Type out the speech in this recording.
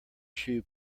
shoe